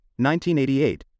1988